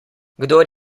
kdor